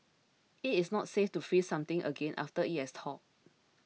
it is not safe to freeze something again after it has thawed